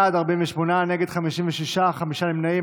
בעד, 48, נגד, 56, חמישה נמנעים.